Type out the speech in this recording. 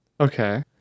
Okay